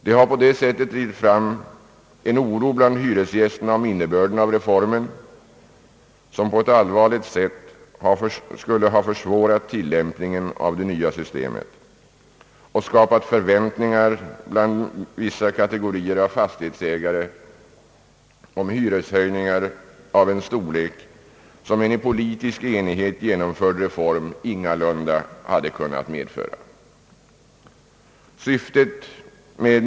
De har på det sättet drivit fram en oro bland hyresgästerna om innebörden av reformen, vilket på ett allvarligt sätt skulle ha försvårat tilllämpningen av det nya systemet, och de har skapat förväntningar bland vissa kategorier av fastighetsägare om hyreshöjningar av en storlek, som en i politisk enighet genomförd reform ingalunda hade kunnat medföra. Ang.